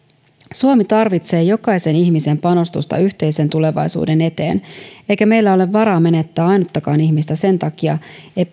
suomi tarvitsee jokaisen ihmisen panostusta yhteisen tulevaisuuden eteen eikä meillä ole varaa menettää ainuttakaan ihmistä sen takia